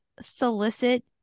solicit